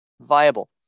viable